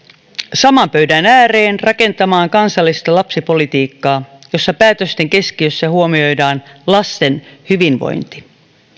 saman pöydän ääreen rakentamaan kansallista lapsipolitiikkaa jossa päätösten keskiössä huomioidaan lasten hyvinvointi